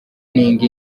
anenga